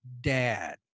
dad